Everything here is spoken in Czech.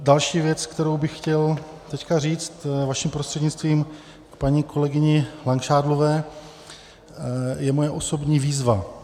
Další věc, kterou bych chtěl teď říct vaším prostřednictvím paní kolegyni Langšádlové, je moje osobní výzva.